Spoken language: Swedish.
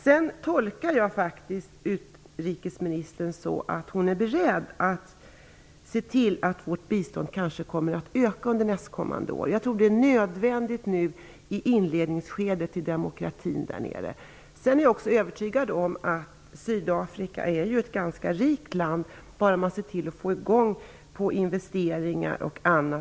Jag tolkar utrikesministern så, att hon kanske är beredd att se till att vårt bistånd kommer att öka under nästkommande år. Jag tror att det är nödvändigt i demokratins inledningsskede. Jag är också övertygad om att Sydafrika är ett ganska rikt land, bara man ser till att få i gång investeringar och annat.